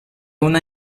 una